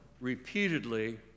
repeatedly